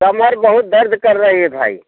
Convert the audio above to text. कमर बहुत दर्द कर रही है भाई